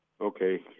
okay